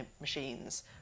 machines